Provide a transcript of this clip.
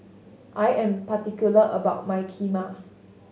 I am particular about my Kheema